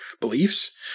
beliefs